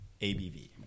ABV